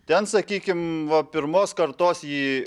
ten sakykim va pirmos kartos jį